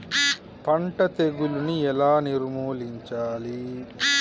పంట తెగులుని ఎలా నిర్మూలించాలి?